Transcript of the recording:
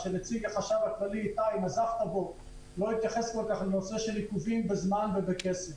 שנציג החשב הכללי איתי לא התייחס לעניין העיכובים בזמן ובכסף,